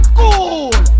cool